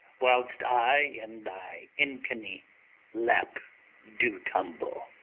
whilst i in thy incony lap do tumble.